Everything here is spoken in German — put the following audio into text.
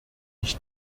ich